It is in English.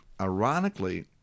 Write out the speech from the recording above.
ironically